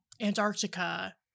antarctica